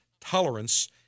tolerance